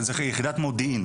זו יחידה משולבת,